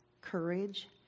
courage